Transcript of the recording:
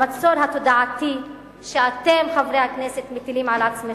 המצור התודעתי שאתם, חברי הכנסת, מטילים על עצמכם,